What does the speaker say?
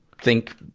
think,